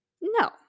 No